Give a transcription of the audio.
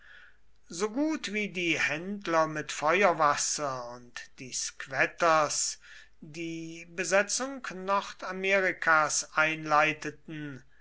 so gut wie die händler mit feuerwasser und die squatters die besetzung nordamerikas einleiteten